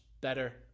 better